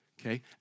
Okay